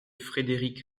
frédéric